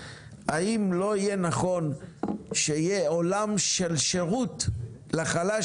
האם לא יהיה נכון שיהיה עולם של שירות לחלש